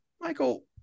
Michael